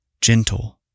gentle